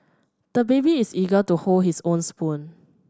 the baby is eager to hold his own spoon